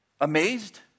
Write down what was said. amazed